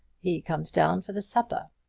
he comes down for the supper.